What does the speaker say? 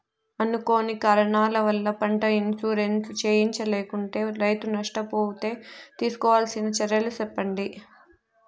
అనుకోని కారణాల వల్ల, పంట ఇన్సూరెన్సు చేయించలేకుంటే, రైతు నష్ట పోతే తీసుకోవాల్సిన చర్యలు సెప్పండి?